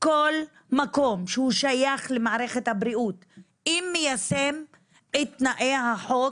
כל מקום שהוא שייך למערכת הבריאות האם הוא מיישם את תנאי החוק,